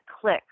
click